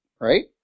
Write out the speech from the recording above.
right